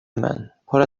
من، پراز